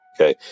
Okay